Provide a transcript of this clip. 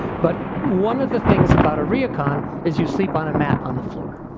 but one of the things about a ryokan is you sleep on a mat on the floor.